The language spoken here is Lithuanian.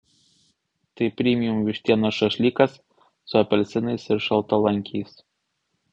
tai premium vištienos šašlykas su apelsinais ir šaltalankiais